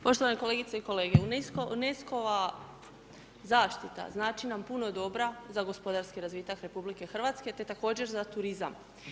Poštovane kolegice i kolege, UNESCO-ova zaštita znači na puno dobra za gospodarski razvitak RH te također za turizam.